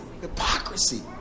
Hypocrisy